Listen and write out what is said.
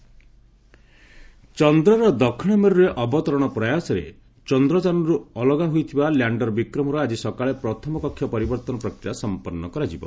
ଚନ୍ଦ୍ରଯାନ ଚନ୍ଦ୍ରର ଦକ୍ଷିଣ ମେରୁରେ ଅବତରଣ ପ୍ରୟାସରେ ଚନ୍ଦ୍ରଯାନରୁ ଅଲଗା ହୋଇଥିବା ଲ୍ୟାଣ୍ଡର ବିକ୍ରମର ଆଜି ସକାଳେ ପ୍ରଥମ କକ୍ଷ ପରିବର୍ତ୍ତନ ପ୍ରକ୍ରିୟା ସମ୍ପନ୍ନ କରାଯିବ